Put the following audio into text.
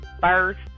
first